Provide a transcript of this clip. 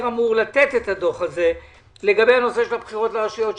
אמור לתת את הדוח הזה לגבי הנושא של הבחירות לרשויות,